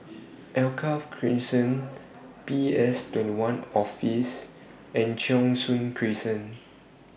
Alkaff Crescent P S twenty one Office and Cheng Soon Crescent